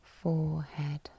Forehead